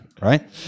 right